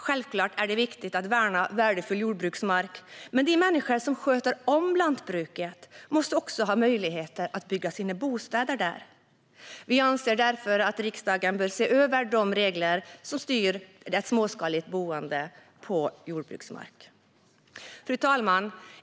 Självklart är det viktigt att värna värdefull jordbruksmark, men de människor som sköter om lantbruken måste också ha möjligheten att bygga sina bostäder där. Vi anser därför att riksdagen bör se över de regler som styr ett småskaligt boende på jordbruksmark. Fru talman!